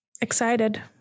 Excited